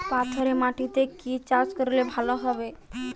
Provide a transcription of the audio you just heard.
পাথরে মাটিতে কি চাষ করলে ভালো হবে?